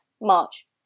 March